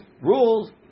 rules